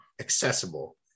accessible